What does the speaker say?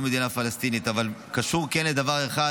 מדינה פלסטינית אבל קשור כן לדבר אחד,